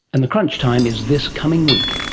and the crunch time is this coming week.